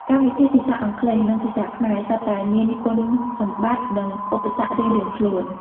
កម្មវិធីភាសាអង់គ្លេស និងភាសាខ្មែរ សុទ្ធតែមានគុណសម្បត្តិ និងឧបសគ្គរៀងៗខ្លួន។